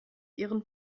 ihren